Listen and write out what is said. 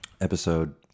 Episode